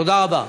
תודה רבה.